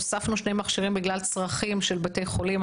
הוספנו שני מכשירים בגלל צרכים של בתי החולים.